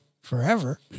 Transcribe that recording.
forever